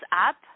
up